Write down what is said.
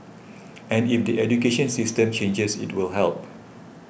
and if the education system changes it will help